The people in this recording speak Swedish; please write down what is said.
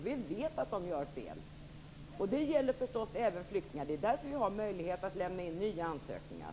Vi vet att de gör fel, och det gäller förstås även i fråga om flyktingar. Det är därför man har möjlighet att lämna in nya ansökningar.